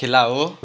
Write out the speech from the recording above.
खेला हो